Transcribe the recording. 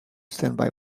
standby